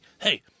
Hey